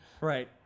Right